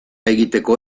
egiteko